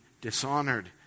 dishonored